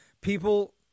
People